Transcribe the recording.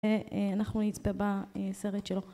אנחנו נצפה בסרט שלו